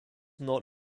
not